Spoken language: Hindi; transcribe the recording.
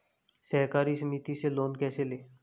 सहकारी समिति से लोन कैसे लें?